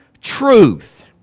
truth